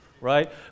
right